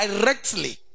directly